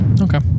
Okay